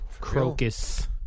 Crocus